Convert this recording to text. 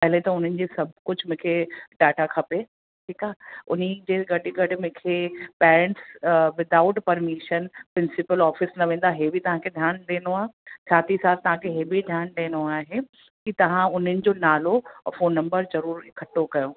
पहिरीं त उन्हनि जी सभु कुझु मूंखे डाटा खपे ठीकु आहे उनजे गॾ गॾ मूंखे pen without permission principal office न वेंदा हे बि तव्हांखे ध्यानु ॾियणो आहे साथ ई साथ तव्हांखे हे बि ध्यानु ॾियणो आहे की तव्हां उन्हनि जो नालो फ़ोन नम्बर जरूर इकट्ठो कयो